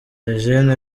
eugene